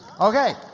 Okay